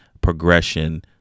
progression